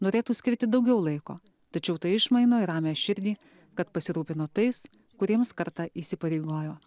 norėtų skirti daugiau laiko tačiau tai išmaino į ramią širdį kad pasirūpino tais kuriems kartą įsipareigojo